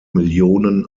millionen